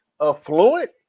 affluent